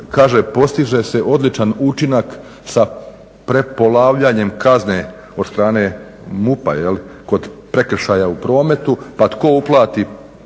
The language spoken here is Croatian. postiže se odličan učinak sa prepolavljanjem kazne od strane MUP-a kod prekršaja u prometu. Pa tko uplati